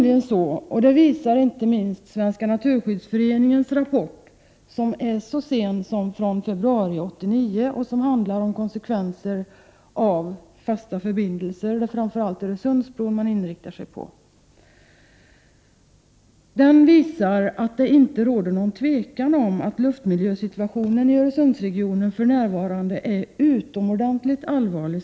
Inte minst Svenska naturskyddsföreningens rapport, som kom så sent som i februari 1989 och handlar om konsekvenser av fasta förbindelser, framför allt Öresundsbron, visar att det inte råder något tvivel om att luftmiljösituationen i Öresundsregionen för närvarande är utomordentligt allvarlig.